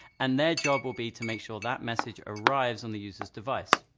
and their job will be to make sure that message arrives on the user's device.